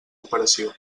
operació